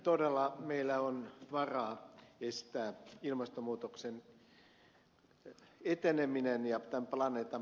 todella meillä on varaa estää ilmastonmuutoksen eteneminen ja pelastaa tämä planeetta